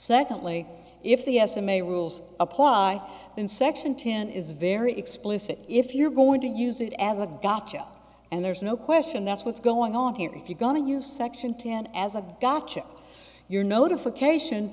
secondly if the s m a rules apply in section ten is very explicit if you're going to use it as a gotcha and there's no question that's what's going on here if you're gonna use section ten as a gotcha your notification